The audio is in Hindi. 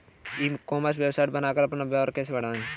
ई कॉमर्स वेबसाइट बनाकर अपना व्यापार कैसे बढ़ाएँ?